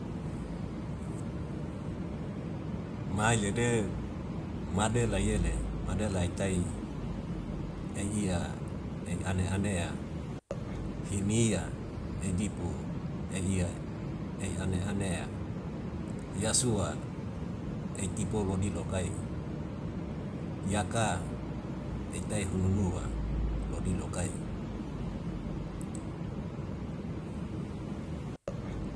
Mai le de, made la yele made laiktai ya iya ei an anea hinia idipu ehiya ei an anea yasua etipo lodi lokai yaka ek tai hunu nua lodi lokai.